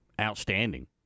outstanding